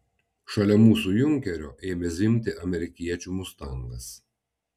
šalia mūsų junkerio ėmė zvimbti amerikiečių mustangas